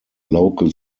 local